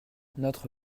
notre